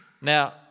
Now